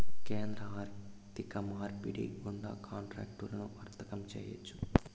కేంద్ర ఆర్థిక మార్పిడి గుండా కాంట్రాక్టులను వర్తకం చేయొచ్చు